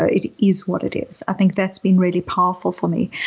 ah it is what it is. i think that's been really powerful for me.